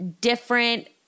different